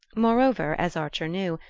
moreover, as archer knew,